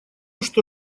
что